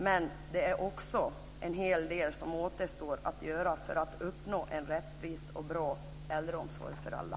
Men det är också en hel del som återstår att göra för att uppnå en rättvis och bra äldreomsorg för alla.